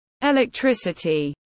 Electricity